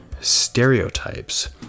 stereotypes